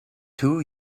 two